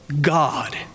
God